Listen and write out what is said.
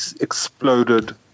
exploded